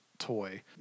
toy